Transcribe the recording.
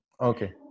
Okay